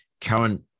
current